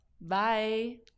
Bye